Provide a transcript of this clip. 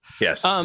Yes